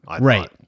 Right